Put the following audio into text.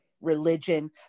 religion